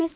S